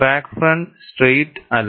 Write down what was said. crack front straight അല്ല